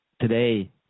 today